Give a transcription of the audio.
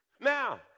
Now